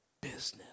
Business